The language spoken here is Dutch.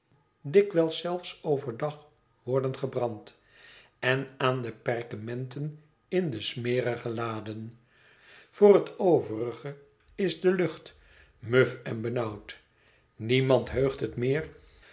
dikwijls zelfs over dag worden gebrand en aan de perkementen in de smerige laden voor het overige is de lucht muf en benauwd niemand heugt het meer